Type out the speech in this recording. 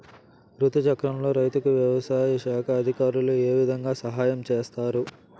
రుతు చక్రంలో రైతుకు వ్యవసాయ శాఖ అధికారులు ఏ విధంగా సహాయం చేస్తారు?